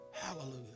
Hallelujah